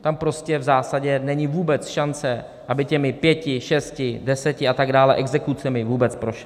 Tam v zásadě není vůbec šance, aby těmi pěti, šesti, deseti a tak dále exekucemi vůbec prošel.